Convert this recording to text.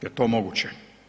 Jel to moguće?